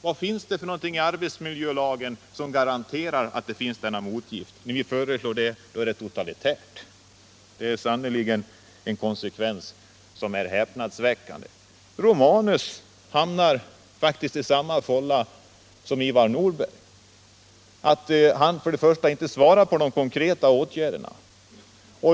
Vad finns det i arbetsmiljölagen som 85 garanterar ett motgift? Föreslår vi något sådant är det totalitärt! Det är sannerligen en konsekvens som är häpnadsväckande. Gabriel Romanus gör som Ivar Nordberg. Han svarar inte på frågor som gäller de konkreta åtgärderna.